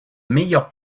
meilleure